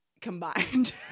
combined